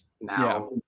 now